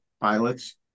pilots